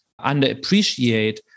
underappreciate